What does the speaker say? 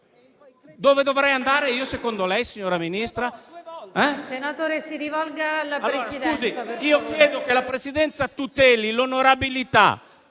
Dove dovrei andare io, secondo lei, signora Ministra?